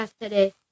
today